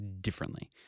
differently